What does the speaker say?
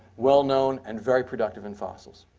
well known and very productive in fossils.